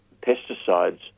Pesticides